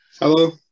Hello